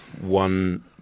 one